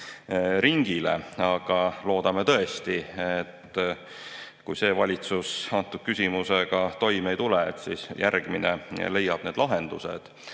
ringile. Aga loodame tõesti, et kui praegune valitsus selle küsimusega toime ei tule, siis järgmine leiab need lahendused,